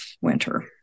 winter